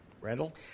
Randall